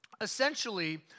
essentially